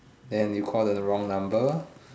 then you call the wrong number